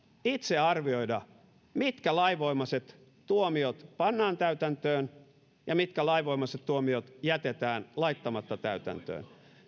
itse arvioida mitkä lainvoimaiset tuomiot pannaan täytäntöön ja mitkä lainvoimaiset tuomiot jätetään laittamatta täytäntöön